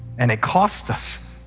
and it costs us.